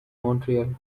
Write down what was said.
montreal